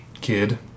kid